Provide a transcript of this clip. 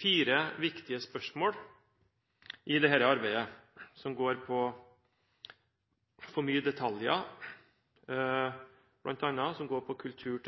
fire viktige spørsmål i dette arbeidet, som bl.a. går på at det er for mye detaljer, som går på kultur